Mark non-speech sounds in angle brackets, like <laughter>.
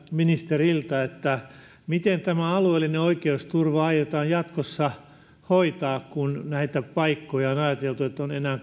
ministeriltä miten tämä alueellinen oikeusturva aiotaan jatkossa hoitaa kun on ajateltu että näitä paikkoja olisi enää <unintelligible>